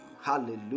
Hallelujah